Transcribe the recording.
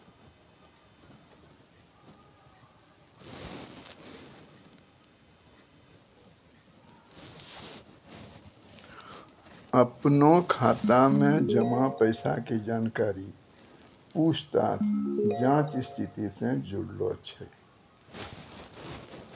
अपनो खाता मे जमा पैसा के जानकारी पूछताछ जांच स्थिति से जुड़लो छै